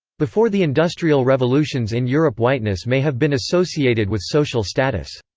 before the industrial revolutions in europe whiteness may have been associated with social status.